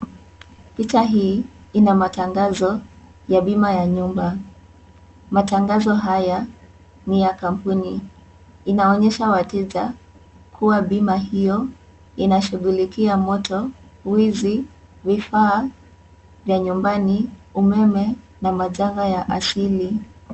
Picha hii ina matangazo ya bima ya nyumba. Matangazo haya ni ya kampuni. Inaonyesha wateja kuwa bima hiyo inashughulikia moto, wizi, vifaa vya nyumbani, umeme na majanga ya asili.